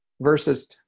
versus